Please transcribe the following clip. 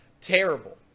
Terrible